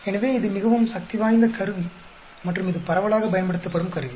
எனவே இது மிகவும் சக்திவாய்ந்த கருவி மற்றும் இது பரவலாக பயன்படுத்தப்படும் கருவி